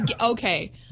Okay